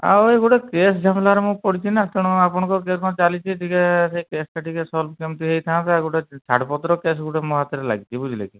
ଆଉ ଭାଇ ମୁଁ ଗୋଟେ କେସ୍ ଝାମେଲାରେ ମୁଁ ପଡ଼ିଛି ନା ତେଣୁ ଆପଣଙ୍କର କ'ଣ କେମିତି ଚାଲିଛି ଟିକେ ସେଇ କେସ୍ଟା ଟିକେ ସଲ୍ଭ୍ କେମିତି ହୋଇଥାନ୍ତା ଗୋଟେ ଛାଡ଼ପତ୍ର କେସ୍ ଗୋଟେ ମୋ ହାତରେ ଲାଗିଛି ବୁଝିଲେକି